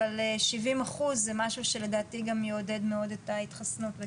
אבל 70% זה משהו שלדעתי גם יעודד מאוד את ההתחסנות.